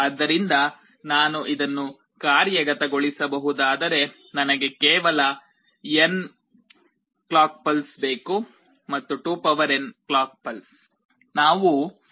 ಆದ್ದರಿಂದ ನಾನು ಇದನ್ನು ಕಾರ್ಯಗತಗೊಳಿಸ ಬಹುದಾದರೆ ನನಗೆ ಕೇವಲ n ಕ್ಲಾಕ್ ಪಲ್ಸ್ ಬೇಕು ಮತ್ತು 2n ಕ್ಲಾಕ್ ಪಲ್ಸ್